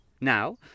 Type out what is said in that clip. Now